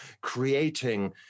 creating